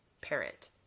parent